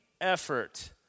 effort